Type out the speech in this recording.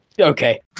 Okay